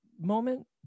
moment